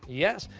yes.